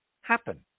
happen